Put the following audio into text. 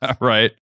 Right